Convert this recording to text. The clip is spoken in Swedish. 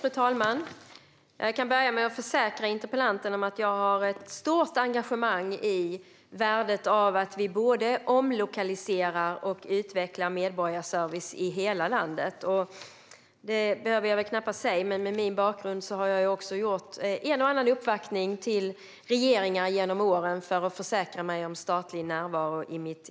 Fru talman! Jag kan börja med att försäkra interpellanten om att jag har ett stort engagemang för värdet av att vi både omlokaliserar och utvecklar medborgarservice i hela landet. Jag behöver knappast säga att jag med min bakgrund också har gjort en och annan uppvaktning av regeringar genom åren för att försäkra mig om statlig närvaro